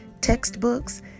textbooks